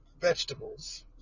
vegetables